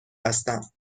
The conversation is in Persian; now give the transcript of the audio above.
هستم